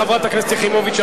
חברת הכנסת יחימוביץ.